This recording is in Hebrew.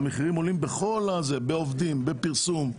המחירים עולים בעובדים, בפרסום,